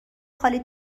خالی